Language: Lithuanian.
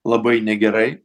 labai negerai